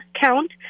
count